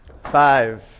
Five